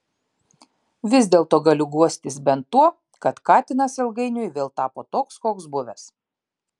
vis dėlto galiu guostis bent tuo kad katinas ilgainiui vėl tapo toks koks buvęs